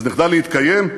אז נחדל להתקיים?